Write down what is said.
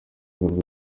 urugo